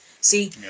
See